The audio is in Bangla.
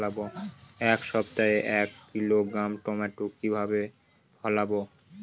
এক সপ্তাহে এক কিলোগ্রাম টমেটো কিভাবে ফলাবো?